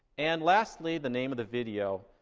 and lastly, the name of the video.